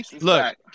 look